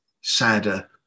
sadder